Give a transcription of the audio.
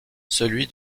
celui